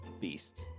beast